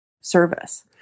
service